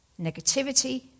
negativity